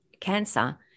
cancer